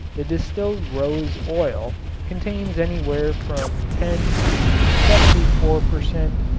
the distilled rose oil contains anywhere from ten to seventy four per cent.